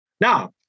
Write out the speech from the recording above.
now